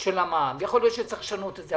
של המע"מ, יכול להיות שצריך לשנות את זה.